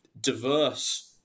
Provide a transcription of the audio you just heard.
diverse